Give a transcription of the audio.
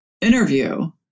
interview